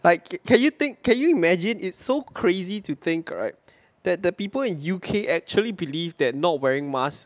like can you think can you imagine it's so crazy to think right that the people in U_K actually believe that not wearing mask